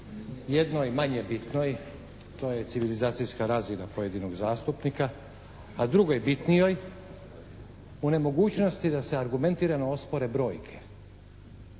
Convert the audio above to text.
Jednoj manje bitnoj, to je civilizacijska razina pojedinog zastupnika, a drugoj bitnijoj o nemogućnosti da se argumentirano ospore brojke